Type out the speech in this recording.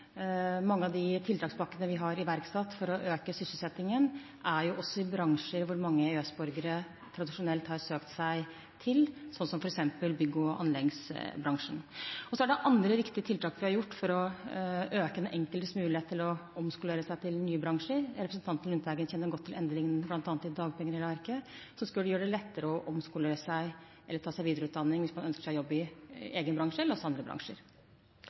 Mange av de tiltakspakkene vi har iverksatt for å øke sysselsettingen, er også i bransjer som mange EØS-borgere tradisjonelt har søkt seg til, som f.eks. bygg- og anleggsbransjen. Så har vi gjort andre viktige tiltak for å øke den enkeltes mulighet til å omskolere seg til nye bransjer. Representanten Lundteigen kjenner godt til endringene bl.a. i dagpengeregelverket, som skulle gjøre det lettere å omskolere seg eller ta videreutdanning hvis man ønsker seg jobb i egen bransje, eller også i andre bransjer.